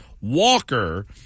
Walker